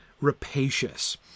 rapacious